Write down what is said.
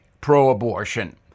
pro-abortion